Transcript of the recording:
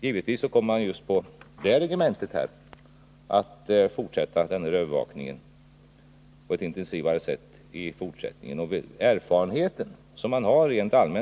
Givetvis kommer man i fortsättningen på just det regementet att fortsätta övervakningen på ett intensivare sätt.